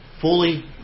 fully